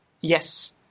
Yes